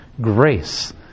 grace